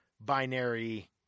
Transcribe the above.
binary